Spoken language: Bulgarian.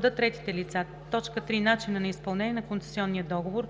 д) третите лица; 3. начина на изпълнение на концесионния договор: